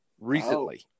recently